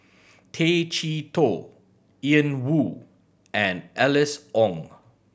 Tay Chee Toh Ian Woo and Alice Ong